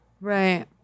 right